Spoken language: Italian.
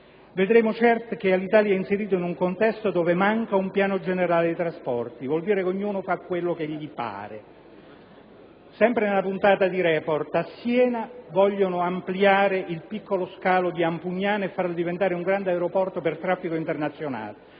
Vedremo. Certo è che Alitalìa è inserita in un contesto dove manca un piano generale dei trasporti. Vuol dire che ognuno fa un po' quel che gli pare. Sempre in quella puntata di «Report» è stato ricordato che a Siena vogliono ampliare il piccolo scalo di Ampugnano e farlo diventare un grande aeroporto per traffico internazionale.